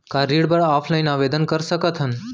का ऋण बर ऑफलाइन आवेदन कर सकथन?